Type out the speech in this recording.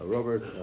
Robert